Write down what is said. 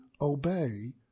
obey